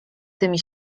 tymi